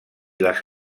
les